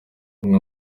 bamwe